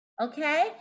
Okay